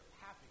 happy